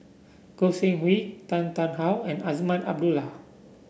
Goi Seng Hui Tan Tarn How and Azman Abdullah